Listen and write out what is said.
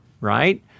right